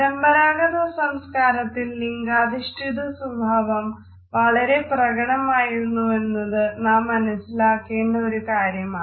പരമ്പരാഗത സംസ്കാരത്തിൽ ലിംഗാധിഷ്ഠിതസ്വഭാവം വളരെ പ്രകടമായിരുന്നുവെന്നത് നാം മനസ്സിലാക്കേണ്ട ഒരു കാര്യമാണ്